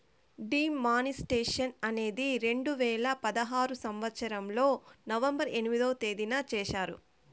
D మానిస్ట్రేషన్ అనేది రెండు వేల పదహారు సంవచ్చరంలో నవంబర్ ఎనిమిదో తేదీన చేశారు